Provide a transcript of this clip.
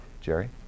Jerry